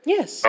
Yes